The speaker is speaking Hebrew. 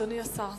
אדוני השר,